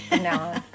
no